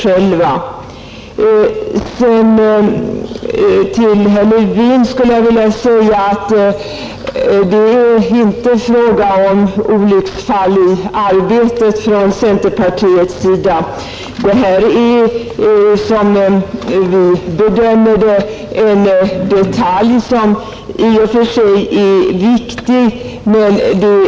Till herr Levin vill jag säga att det inte är fråga om olycksfall i arbetet från centerpartiets sida. Hela denna lag är tillkommen för att ge konsumenterna skydd, det är det väsentliga. Den fråga herr Levin tar upp är endast en detalj.